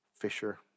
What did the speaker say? Fisher